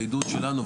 בעידוד שלנו,